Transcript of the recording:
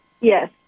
Yes